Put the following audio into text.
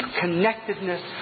connectedness